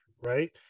right